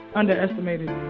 underestimated